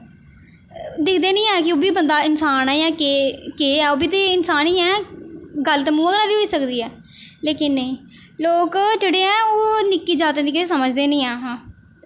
दिखदे निं ऐ कि ओह् बी बंदा इन्सान ऐ जां के केह् ऐ ओह् बी बंदा इन्सान ई ऐ गल्ल ते मुहैं कन्नै बी होई सकदी ऐ लेकिन नेईं लोक जेह्ड़े ऐ ओह् निक्की जात गी किश समझदे निं ऐ हां